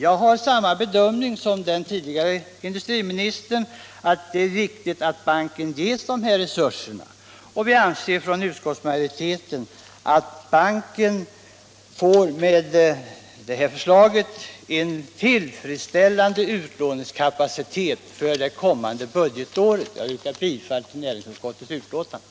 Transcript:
Jag har samma bedömning som den förre industriministern, nämligen att det är viktigt att banken ges dessa resurser, och vi i utskottsmajoriteten anser att banken med det här förslaget får en tillfredsställande utlåningskapacitet för det kommande budgetåret. Jag yrkar bifall till näringsutskottets hemställan.